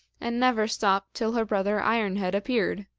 and never stopped till her brother ironhead appeared.